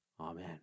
Amen